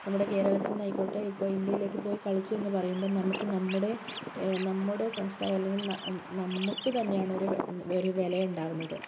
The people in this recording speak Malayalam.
നമ്മുടെ കേരളത്തിൽ നിന്ന് ആയിക്കോട്ടെ ഇപ്പോൾ ഇന്ത്യയിലേക്ക് പോയി കളിച്ചു എന്ന് പറയുമ്പോൾ നമുക്ക് നമ്മുടെ നമ്മുടെ സംസ്കാരം അല്ലെങ്കിൽ ന നമുക്ക് തന്നെയാണ് ഒര് ഒരു വില ഉണ്ടാകുന്നത്